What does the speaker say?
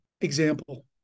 example